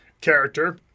character